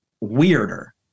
weirder